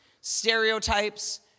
stereotypes